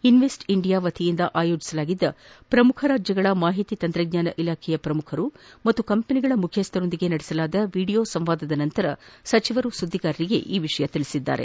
invest India ವತಿಯಿಂದ ಆಯೋಜಿಸಲಾಗಿದ್ದ ಪ್ರಮುಖ ರಾಜ್ಯಗಳ ಮಾಹಿತಿ ತಂತ್ರಜ್ಙಾನ ಇಲಾಖೆಗಳ ಪ್ರಮುಖರು ಹಾಗೂ ಕಂಪನಿಗಳ ಮುಖ್ಯಸ್ತರ ಜೊತೆ ನಡೆಸಲಾದ ವಿಡಿಯೋ ಸಂವಾದದ ನಂತರ ಸಚಿವರು ಸುದ್ದಿಗಾರರಿಗೆ ಈ ವಿಷಯ ತಿಳಿಸಿದ್ದಾರೆ